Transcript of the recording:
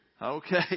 Okay